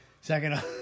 Second